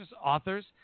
authors